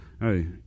Hey